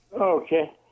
Okay